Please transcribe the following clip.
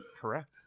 Correct